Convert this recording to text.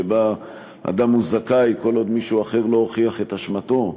שבה אדם הוא זכאי כל עוד מישהו אחר לא הוכיח את אשמתו,